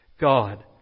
God